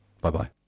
Bye-bye